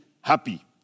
happy